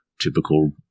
typical